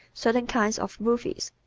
certain kinds of movies,